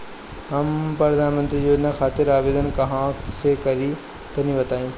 हम प्रधनमंत्री योजना खातिर आवेदन कहवा से करि तनि बताईं?